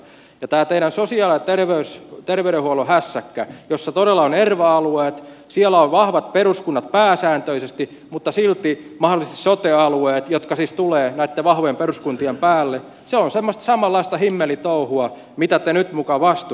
ja tämä teidän sosiaali ja terveydenhuollon hässäkkänne jossa todella on erva alueet on vahvat peruskunnat pääsääntöisesti mutta silti mahdollisesti sote alueet jotka siis tulevat näitten vahvojen peruskuntien päälle se on semmoista samanlaista himmelitouhua kuin mitä te nyt muka vastustatte